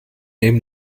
neben